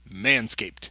Manscaped